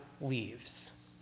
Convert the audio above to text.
leaves